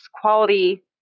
quality